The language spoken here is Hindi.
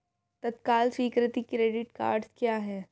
तत्काल स्वीकृति क्रेडिट कार्डस क्या हैं?